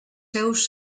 seus